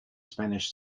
spanish